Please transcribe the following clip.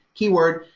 keyword.